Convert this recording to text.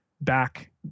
back